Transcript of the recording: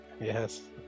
Yes